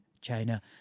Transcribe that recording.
China